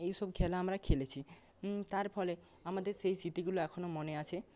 এইসব খেলা আমরা খেলেছি তার ফলে আমাদের সেই স্মৃতিগুলো এখনও মনে আছে